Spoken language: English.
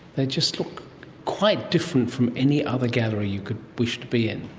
they just look quite different from any other gallery you could wish to be in.